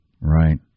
Right